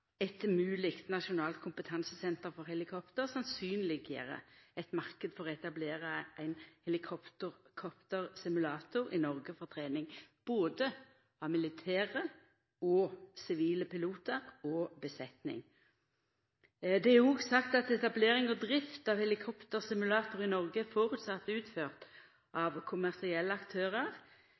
eit mogleg nasjonalt kompetansesenter for helikopter sannsynleggjer ein marknad for å etablera ein helikoptersimulator i Noreg for å trena både militære og sivile pilotar og besetning. Det er òg sagt at ein føreset at etablering og drift av ein helikoptersimulator i Noreg blir utført av kommersielle aktørar,